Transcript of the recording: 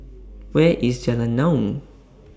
Where IS Jalan Naung